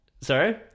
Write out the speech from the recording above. sorry